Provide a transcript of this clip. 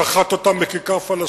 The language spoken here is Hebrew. שחט אותם בכיכר-פלסטין,